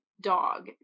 dog